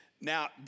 now